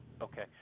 Okay